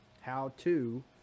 how-to